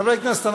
חברי הכנסת,